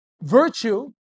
virtue